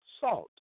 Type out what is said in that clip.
salt